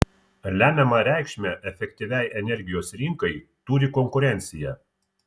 lemiamą reikšmę efektyviai energijos rinkai turi konkurencija